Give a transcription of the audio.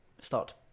start